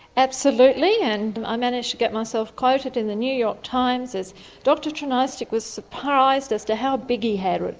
absolutely, and i ah managed to get myself quoted in the new york times as dr trinajstic was surprised as to how big he had it.